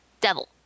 devil